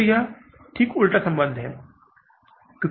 तो यह ठीक उलटा संबंध है